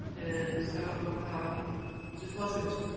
and so, it just wasn't